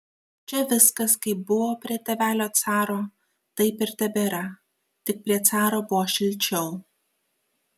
čia viskas kaip buvo prie tėvelio caro taip ir tebėra tik prie caro buvo šilčiau